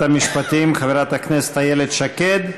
תודה לשרת המשפטים חברת הכנסת איילת שקד.